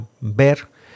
ver